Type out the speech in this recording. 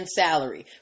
salary